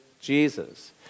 Jesus